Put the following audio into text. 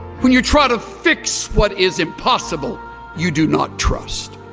when you try to fix what is impossible you do not trust